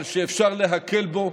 אבל כשאפשר להקל בו,